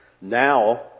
Now